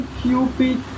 cupid